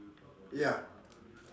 ya